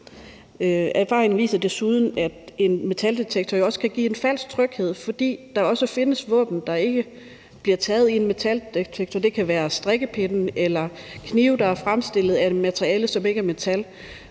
Erfaringen viser desuden, at en metaldetektor jo også kan give en falsk tryghed, fordi der findes våben, der ikke bliver taget i en metaldetektor. Det kan være strikkepinde eller knive, der er fremstillet af et materiale, som ikke er metal.